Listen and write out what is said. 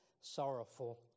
sorrowful